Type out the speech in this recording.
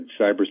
cybersecurity